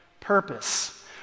purpose